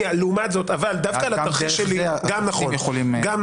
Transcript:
גם נכון.